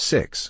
Six